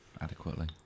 adequately